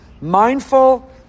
Mindful